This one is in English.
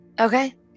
Okay